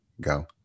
go